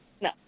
no